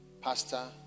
Pastor